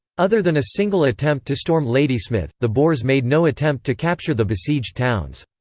other than a single attempt to storm ladysmith, the boers made no attempt to capture the besieged towns.